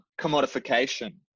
commodification